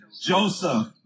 Joseph